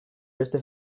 beste